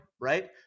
right